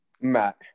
Matt